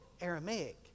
Aramaic